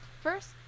First